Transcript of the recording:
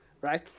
right